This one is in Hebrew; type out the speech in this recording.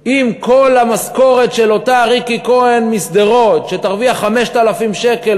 אם כל המשכורת של אותה ריקי כהן משדרות שתרוויח 5,000 שקלים,